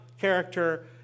character